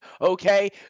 okay